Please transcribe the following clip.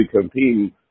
competing